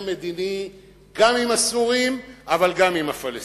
מדיני גם עם הסורים אבל גם עם הפלסטינים.